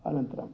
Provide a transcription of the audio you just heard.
अनन्तरम्